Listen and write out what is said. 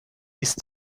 ist